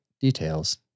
details